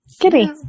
Kitty